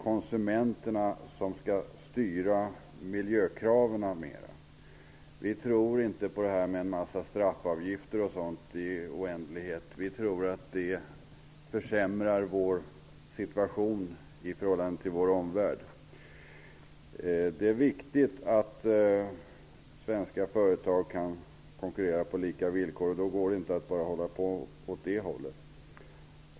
Konsumenterna skall styra miljökraven mer. Vi tror inte på straffavgifter och sådant i oändlighet. Vi tror att det försämrar vår situation i förhållande till vår omvärld. Det är viktigt att svenska företag kan konkurrera på lika villkor, och då går det inte att bara hålla på med sådant.